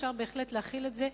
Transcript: אפשר בהחלט להחיל את זה.